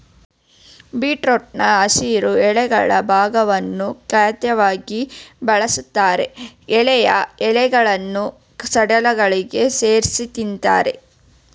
ಬೀಟ್ರೂಟ್ನ ಹಸಿರು ಎಲೆಗಳ ಭಾಗವನ್ನು ಖಾದ್ಯವಾಗಿ ಬಳಸ್ತಾರೆ ಎಳೆಯ ಎಲೆಗಳನ್ನು ಸಲಾಡ್ಗಳಿಗೆ ಸೇರ್ಸಿ ತಿಂತಾರೆ